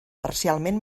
parcialment